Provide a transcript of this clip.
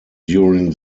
during